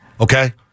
okay